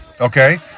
okay